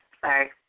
Sorry